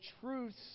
truths